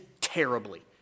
terribly